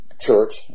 church